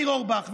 ניר אורבך,